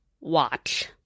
watch